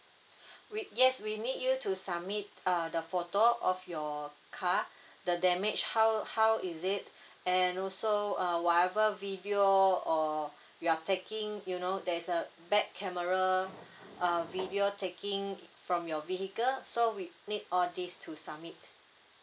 we yes we need you to submit uh the photo of your car the damage how how is it and also uh whatever video or you are taking you know there is a back camera a video taking from your vehicle so we need all these to summit